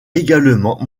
également